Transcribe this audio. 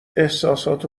احسسات